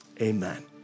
Amen